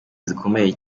zikomeye